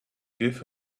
give